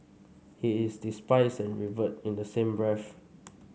he is despised and revered in the same breath